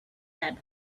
that